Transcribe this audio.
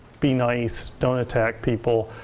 be nice. don't attack people.